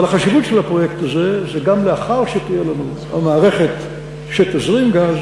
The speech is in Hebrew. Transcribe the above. אבל החשיבות של הפרויקט הזה היא שגם לאחר שתהיה לנו המערכת שתזרים גז,